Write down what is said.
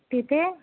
तिथे